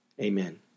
Amen